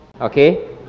okay